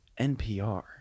NPR